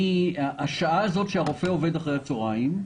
השעה הזאת שהרופא עובד אחרי הצוהריים,